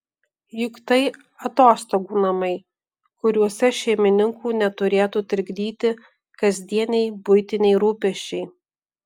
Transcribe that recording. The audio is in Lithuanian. juk tai atostogų namai kuriuose šeimininkų neturėtų trikdyti kasdieniai buitiniai rūpesčiai